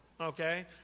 okay